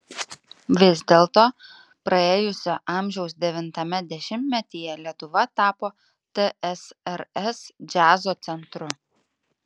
vis dėlto praėjusio amžiaus devintame dešimtmetyje lietuva tapo tsrs džiazo centru